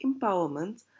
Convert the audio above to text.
empowerment